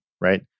right